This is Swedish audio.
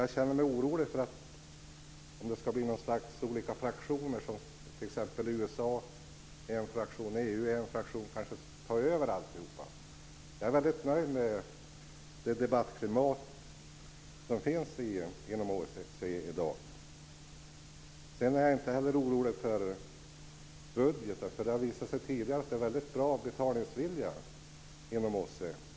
Jag känner mig orolig för att det ska bli olika fraktioner, t.ex. USA i en fraktion och EU i en fraktion, som tar över alltihopa. Jag är väldigt nöjd med det debattklimat som finns inom OSSE i dag. Jag är inte heller orolig för budgeten. Det har visat sig tidigare att det finns en väldigt bra betalningsvilja inom OSSE.